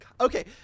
Okay